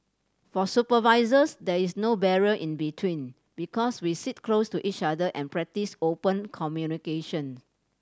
for supervisors there is no barrier in between because we sit close to each other and practice open communication